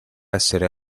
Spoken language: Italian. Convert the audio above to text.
essere